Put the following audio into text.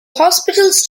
hospitals